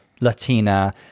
Latina